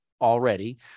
already